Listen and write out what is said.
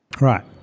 Right